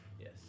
Yes